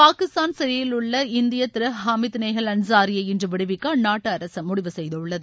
பாகிஸ்தான்சிறையிலுள்ள இந்தியர் திரு ஹமித் நேஹல் அன்சாரியை இன்று விடுவிக்க அந்நாட்டு அரசு முடிவு செய்துள்ளது